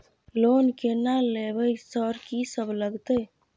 Loan की ना लेबय सर कि सब लगतै?